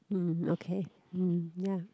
mm okay ya